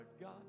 God